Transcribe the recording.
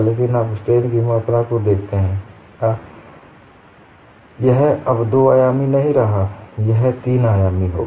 लेकिन आप स्ट्रेन की मात्रा को देखते हैं यह अब दो आयामी नहीं रहा यह तीन आयामी होगा